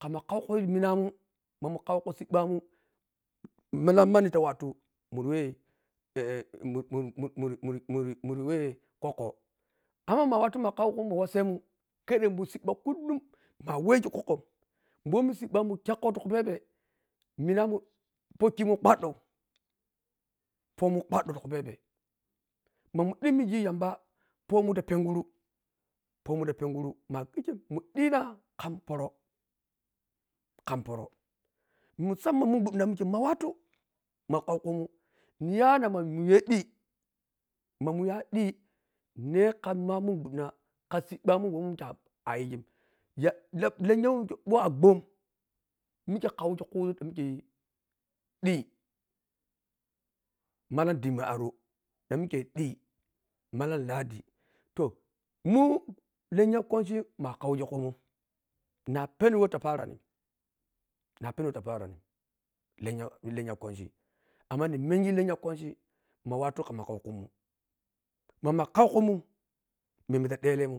Khmma khaukhui munamun mamun khukhui sibbamun millam mannu ta watu muri wah “ee” muri mu mui murn wah kwokwo amma ma wtu ma khuakhu ma wassamun khedhemun sibba kullum nuwa wahgi kyakho ti khuphebe minamun pokhumy-un kwadhau phonamun pokhimun kwadhau phomun kwadhau ti khuphebe mamun tapenguru phomun to penguru ma’a khi khem to penguru ma’a khikhem mudhinha khamporo khamphoro musammam mun gbwandhinamun mikhe ma watu ma khaukhumun mu yha nah mamun yhe dhi mamun yhedhi nhe kha ma mun ghwadhena kha sibbamun momi mikhe ayizgin ya la lennya wah mikhe a gbwom mikhe khaugi mallam dhimmi ato dhammikheyi malla lahadi to mun lennya kwanchi muwa khaugo kumun nha peniwah ta parani nha peniwah ta paranin lennya lwnchi amma nhimengi lennya kwanchi ma watu khamma khaukhumun mamakhau khumun memma ta dha lemu